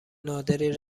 نادری